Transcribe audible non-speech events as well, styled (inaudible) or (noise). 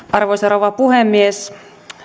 (unintelligible) arvoisa rouva puhemies